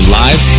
live